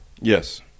Yes